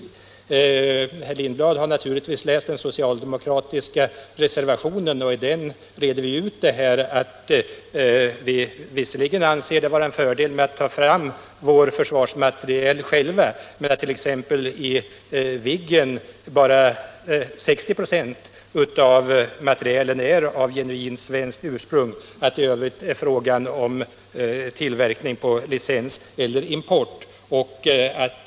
Herr Lindblad har naturligtvis läst den socialdemokratiska reservationen, där vi framhåller att vi visserligen anser det vara en fördel att vi tar fram vår försvarsmateriel själva men att exempelvis i Viggen bara 60 96 av materielen har genuint svenskt ursprung. I övrigt är det fråga om tillverkning på licens eller import.